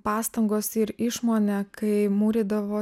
pastangos ir išmonė kai mūrydavo